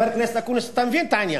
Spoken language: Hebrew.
חבר הכנסת אקוניס, אתה מבין את העניין?